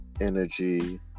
energy